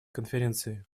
конференции